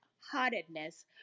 heartedness